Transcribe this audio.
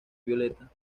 violeta